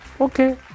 Okay